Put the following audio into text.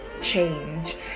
change